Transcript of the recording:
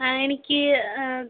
ആ എനിക്ക്